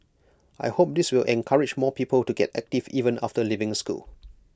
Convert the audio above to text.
I hope this will encourage more people to get active even after leaving school